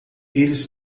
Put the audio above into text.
eles